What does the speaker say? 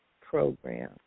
program